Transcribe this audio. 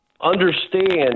understand